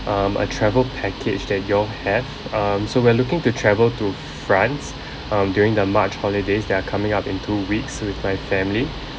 um a travel package that y'all have um so we are looking to travel to france um during the march holidays that are coming up in two weeks with my family